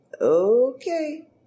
Okay